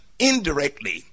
indirectly